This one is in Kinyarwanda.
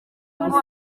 ngo